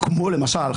כמו למשל,